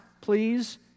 please